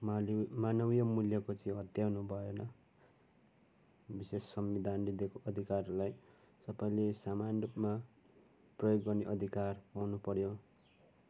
माल्यौ मानवीय मूल्यको चाहिँ हत्या हुनुभएन विशेष संविधानले दिएको अधिकारहरूलाई सबैले समान रूपमा प्रयोग गर्ने अधिकार हुनुपऱ्यो